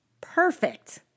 perfect